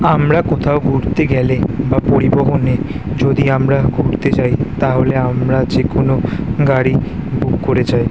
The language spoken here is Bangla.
আমরা কোথাও ঘুরতে গেলে বা পরিবহনে যদি আমরা ঘুরতে যাই তাহলে আমরা যে কোনও গাড়ি বুক করে যাই